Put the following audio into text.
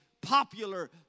popular